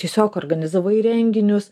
tiesiog organizavai renginius